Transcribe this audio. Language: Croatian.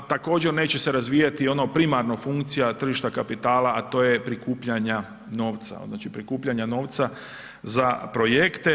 Također neće se razvijati primarno funkcija tržišta kapitala, a to je prikupljanja novca, znači prikupljanja novca za projekte.